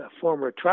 former